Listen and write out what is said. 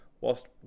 whilst